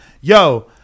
Yo